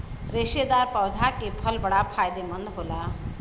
रेशेदार पौधा के फल बड़ा फायदेमंद होला